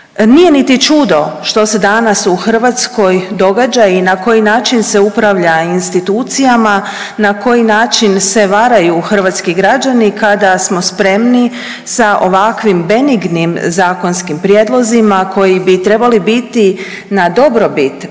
Nije niti čudo što se danas u Hrvatskoj događa i na koji način se upravlja institucijama, na koji način se varaju hrvatski građani kada smo spremni sa ovakvim benignim zakonskim prijedlozima koji bi trebali biti na dobrobit